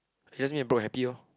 it just me broke and happy lor